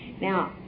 Now